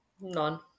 None